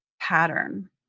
pattern